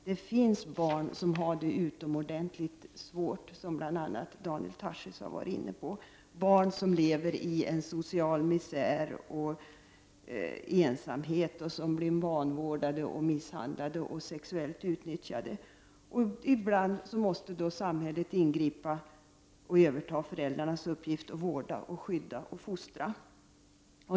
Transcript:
Det finns emellertid, vilket bl.a. Daniel Tarschys har tagit upp, barn som har det utomordentligt svårt, barn som lever i en social misär och i ensamhet, barn som blir vanvårdade, misshandlade och sexuellt utnyttjade. Ibland måste samhället ingripa och överta föräldrarnas uppgift att vårda, skydda och fostra.